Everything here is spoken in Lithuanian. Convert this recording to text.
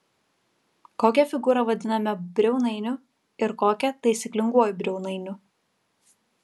kokią figūrą vadiname briaunainiu ir kokią taisyklinguoju briaunainiu